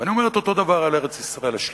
אני אומר את אותו הדבר על ארץ-ישראל השלמה.